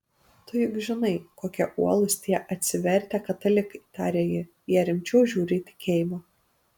tu juk žinai kokie uolūs tie atsivertę katalikai tarė ji jie rimčiau žiūri į tikėjimą